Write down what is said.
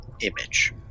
image